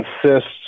consists